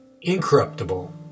incorruptible